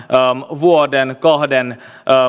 vuoden kahden